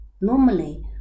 Normally